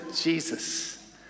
Jesus